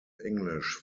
english